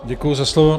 Děkuji za slovo.